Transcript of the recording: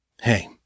Hey